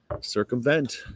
Circumvent